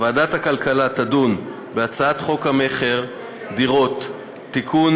ועדת הכלכלה תדון בהצעת חוק המכר (דירות) (תיקון,